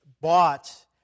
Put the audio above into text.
bought